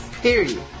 Period